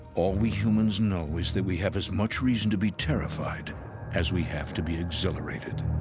all we humans know is that we have as much reason to be terrified as we have to be exhilarated.